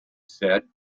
said